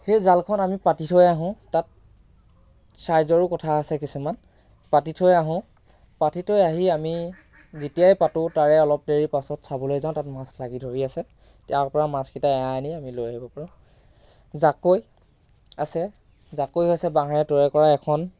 সেই জালখন আমি পাতি থৈ আহোঁ তাত চাইজৰো কথা আছে কিছুমান পাতি থৈ আহোঁ পাতি থৈ আহি আমি যেতিয়াই পাতোঁ তাৰে অলপ দেৰি পাছত চাবলৈ যাওঁ তাত মাছ লাগি ধৰি আছে তাৰ পৰা মাছকেইটা এৰাই আনি আমি লৈ আহিব পাৰোঁ জাকৈ আছে জাকৈ হৈছে বাঁহেৰে তৈয়াৰ কৰা এখন